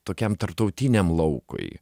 tokiam tarptautiniam laukui